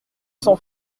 cents